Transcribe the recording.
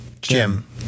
Jim